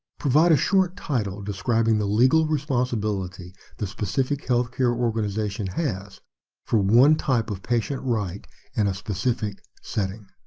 provide a short title describing the legal responsibility the specific health care organization has for one type of patient right in a specific setting.